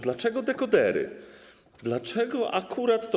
Dlaczego dekodery, dlaczego akurat to?